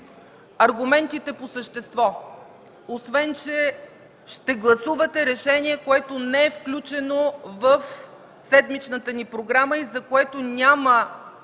Аргументите – по същество. Ще гласувате решение, което не е включено в седмичната ни програма, за което няма